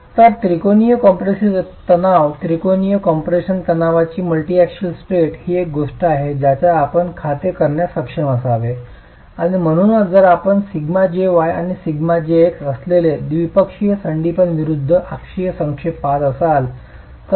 तर त्रिकोणीय कॉम्प्रेसिव्ह तणाव त्रिकोणीय कम्प्रेशनसह तणावाची मल्टिऑक्सियल स्टेट ही एक गोष्ट आहे ज्याचा आपण खाते करण्यास सक्षम असावे आणि म्हणूनच जर आपण σjy आणि σjx असलेले द्विपक्षीय संपीडन विरूद्ध अक्षीय संक्षेप पाहत असाल तर